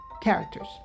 characters